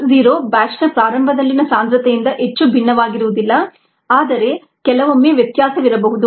x zero ಬ್ಯಾಚ್ನ ಪ್ರಾರಂಭದಲ್ಲಿನ ಸಾಂದ್ರತೆಯಿಂದ ಹೆಚ್ಚು ಭಿನ್ನವಾಗಿರುವುದಿಲ್ಲ ಆದರೆ ಕೆಲವೊಮ್ಮೆ ವ್ಯತ್ಯಾಸವಿರಬಹುದು